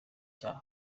cya